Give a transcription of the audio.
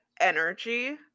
energy